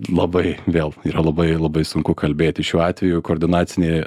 labai vėl yra labai labai sunku kalbėti šiuo atveju koordinacinė